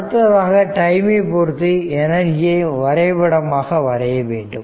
அடுத்ததாக டைமை பொருத்து எனர்ஜியை வரைபடமாக வரைய வேண்டும்